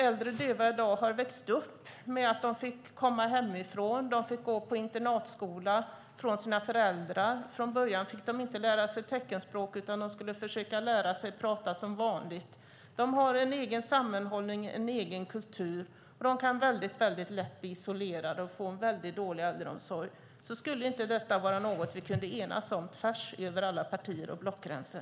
Äldre döva i dag har vuxit upp med att komma hemifrån och gå på internatskola borta från sina föräldrar. Från början fick de inte lära sig teckenspråk, utan de skulle försöka lära sig prata som vanligt. De har en egen sammanhållning och en egen kultur. De kan väldigt lätt bli isolerade och få dålig äldreomsorg. Skulle inte detta kunna vara något vi kunde enas om tvärs över alla partier och blockgränser?